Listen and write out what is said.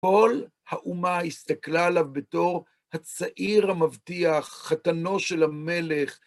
כל האומה הסתכלה עליו בתור הצעיר המבטיח, חתנו של המלך.